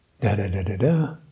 da-da-da-da-da